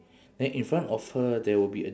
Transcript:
then in front of her there will be a